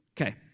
Okay